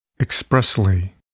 expressly